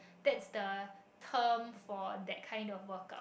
that's the term for that kind of workout